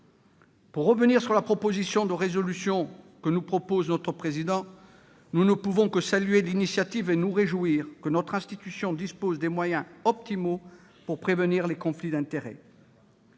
Pour en revenir à la proposition de résolution que nous soumet le président du Sénat, nous ne pouvons que saluer cette initiative et nous réjouir que notre institution dispose des moyens optimaux de prévenir les conflits d'intérêts.